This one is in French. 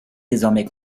désormais